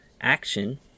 action